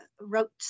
wrote